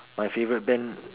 my favourite band